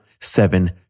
seven